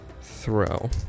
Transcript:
throw